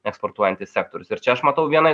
eksportuojantis sektorius ir čia aš matau vieną